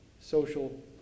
social